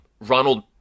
Ronald